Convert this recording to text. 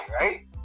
right